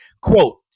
Quote